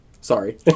sorry